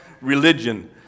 religion